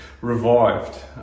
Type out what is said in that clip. revived